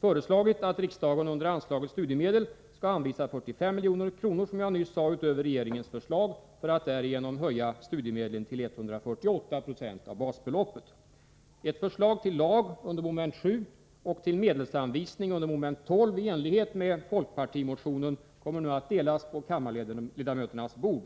föreslagit att riksdagen under anslaget studiemedel skall anvisa 45 milj.kr., som jag nyss sade, utöver regeringens förslag för att därigenom höja studiemedlen till 148 7 av basbeloppet. enlighet med folkpartimotionen kommer att delas på kammarledamöternas bord.